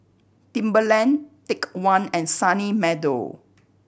Timberland Take One and Sunny Meadow